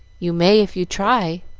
you may if you try.